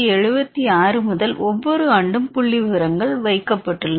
1976 முதல் ஒவ்வொரு ஆண்டும் புள்ளிவிவரங்கள் வைக்கப்பட்டுள்ளன